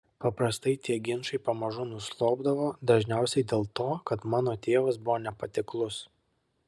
paprastai tie ginčai pamažu nuslopdavo dažniausiai dėl to kad mano tėvas buvo nepatiklus